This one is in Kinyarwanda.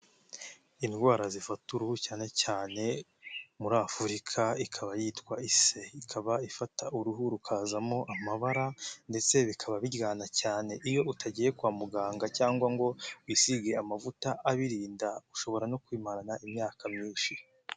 Indwara zifata uruhu cyane cyane muri Afurika ikaba yitwa ise, ikaba ifata uruhu rukazamo amabara ndetse bikaba biryana cyane iyo utagiye kwa muganga cyangwa ngo wisige amavuta abirinda ushobora no kuyimarana imyaka myinshi.